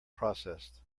processed